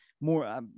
more –